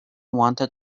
wanted